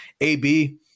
AB